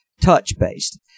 touch-based